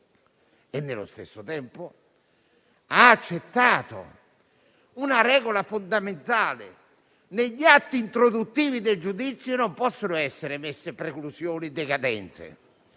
Nello stesso tempo ha accettato una regola fondamentale: negli atti introduttivi del giudizio non possono essere messe preclusioni e decadenze.